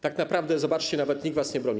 Tak naprawdę, zobaczcie, nawet nikt was nie broni.